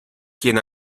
quien